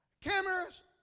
Cameras